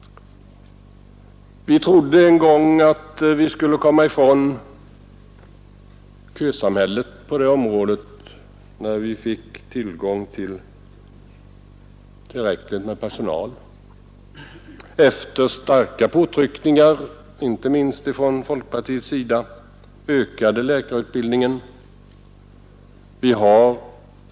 Vi trodde en gång att när vi fick tillräckligt med personal skulle vi komma ifrån kösamhället på detta område. Efter starka påtryckningar — inte minst från folkpartiets sida — ökade läkarutbildningen.